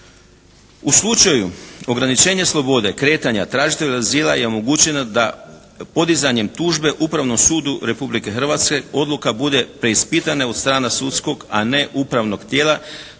U slučaju ograničenja slobode kretanja, tražitelju azila je omogućeno da podizanjem tužbe Upravnom sudu Republike Hrvatske odluka bude preispitana od strane sudskog a ne upravnog tijela